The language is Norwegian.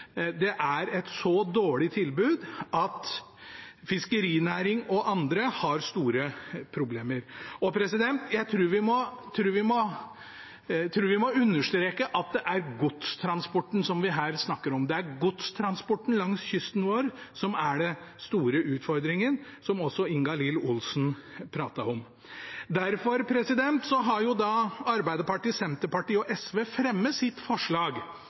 Det er et så dårlig tilbud at fiskerinæringen og andre har store problemer. Jeg tror vi må understreke at det er godstransporten vi her snakker om. Det er godstransporten langs kysten vår som er den store utfordringen, noe også Ingalill Olsen pratet om. Derfor har Arbeiderpartiet, Senterpartiet og SV fremmet sitt forslag